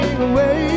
away